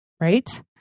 right